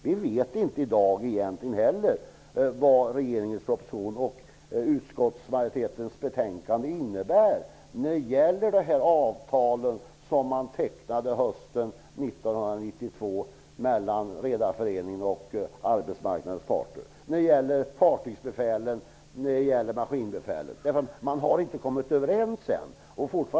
Vi vet inte i dag vad regeringens proposition och utskottsmajoritetens betänkande innebär när det gäller de avtal som tecknades hösten 1992 mellan Redarföreningen och fartygsbefälen och maskinbefälen. Man har inte kommit överens än.